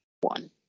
One